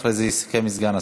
אחרי זה יסכם סגן השר.